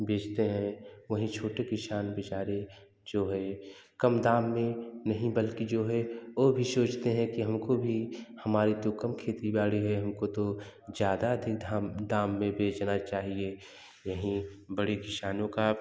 बेचते हैं वहीं छोटे किसान बेचारे जो है कम दाम में नहीं बल्कि जो है वो भी सोचते हैं कि हम को हमारे दुर्गम खेती बाड़ी है हम को तो ज़्यादा दिन थाम दाम में बेचना चाहिए यहीं बड़ी किसानों का